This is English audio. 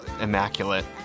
immaculate